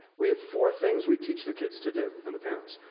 we have four things we teach the kids to do, and the parents.